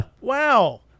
Wow